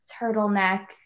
turtleneck